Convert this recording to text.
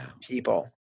people